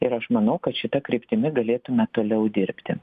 ir aš manau kad šita kryptimi galėtume toliau dirbti